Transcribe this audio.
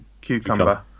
Cucumber